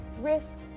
Risk